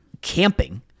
camping